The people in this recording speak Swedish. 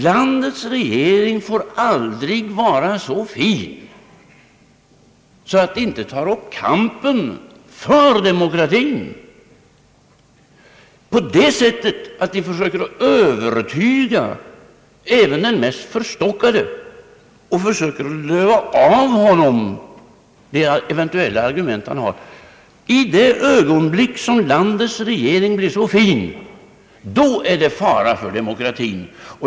Landets regering får aldrig vara så fin att den inte tar upp kampen för demokratin genom att försöka övertyga även den mest förstoc kade och löva av honom de eventuella argument han har. I det ögonblick landets regering blir så till den grad fin, då är det fara för demokratin.